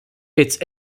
its